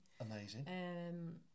amazing